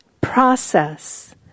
process